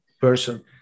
person